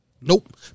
Nope